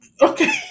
Okay